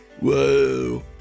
Whoa